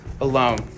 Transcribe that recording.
alone